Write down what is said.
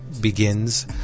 begins